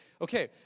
Okay